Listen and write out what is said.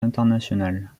internationales